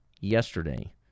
yesterday